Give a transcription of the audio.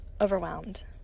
overwhelmed